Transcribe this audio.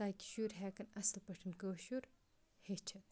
تاکہِ شُرۍ ہیٚکَن اَصٕل پٲٹھۍ کٲشُر ہیٚچھِتھ